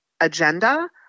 agenda